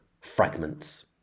fragments